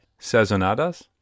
Sazonadas